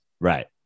Right